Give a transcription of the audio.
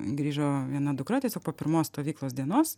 grįžo viena dukra tiesiog po pirmos stovyklos dienos